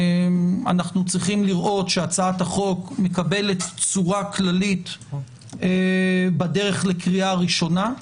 אנחנו צריכים לראות שהצעת החוק מקבלת צורה כללית בדרך לקריאה ראשונה,